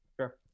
Sure